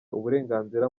uburenganzira